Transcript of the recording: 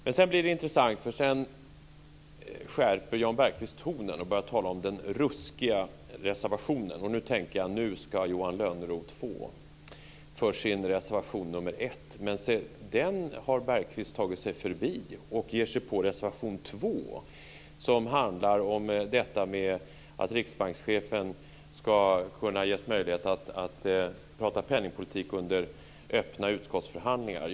Men sedan blev det intressant för då skärpte Jan Bergqvist tonen och började tala om den ruskiga reservationen. Då tänkte jag: Nu ska Johan Lönnroth få för sin reservation nr 1. Men se den reservationen har Bergqvist tagit sig förbi och ger sig på reservation 2 som handlar om att riksbankschefen ska kunna ges möjlighet att prata penningpolitik under öppna utskottsförhandlingar.